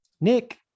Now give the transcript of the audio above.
Nick